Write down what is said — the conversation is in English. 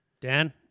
dan